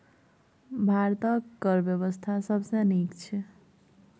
भारतक कर बेबस्था सबसँ नीक छै